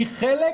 היא חלק